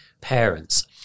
parents